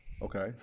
okay